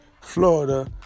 Florida